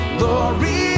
Glory